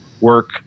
work